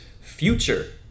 future